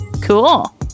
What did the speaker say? Cool